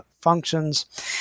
functions